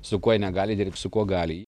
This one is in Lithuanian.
su jie kuo negali dirbti su kuo gali